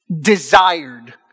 desired